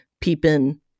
peeping